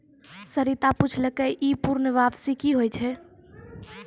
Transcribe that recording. सरिता पुछलकै ई पूर्ण वापसी कि होय छै?